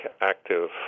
active